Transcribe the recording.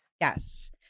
Yes